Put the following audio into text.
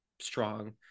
strong